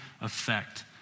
effect